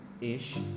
ish